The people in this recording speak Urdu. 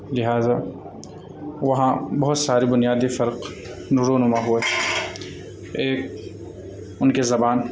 لہٰذا وہاں بہت ساری بنیادی فرق رونما ہوئے ایک ان کی زبان